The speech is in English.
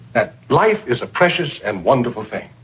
that life is precious and wonderful thing,